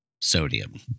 sodium